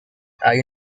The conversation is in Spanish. hay